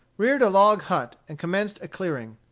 reared a log hut and commenced a clearing.